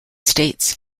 states